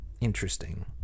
interesting